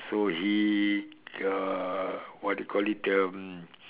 so he uh what you do call it um